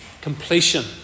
Completion